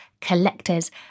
collectors